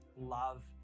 love